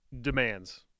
demands